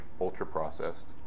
ultra-processed